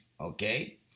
Okay